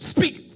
Speak